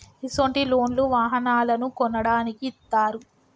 ఇసొంటి లోన్లు వాహనాలను కొనడానికి ఇత్తారు